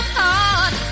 heart